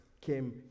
came